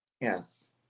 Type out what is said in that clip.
Yes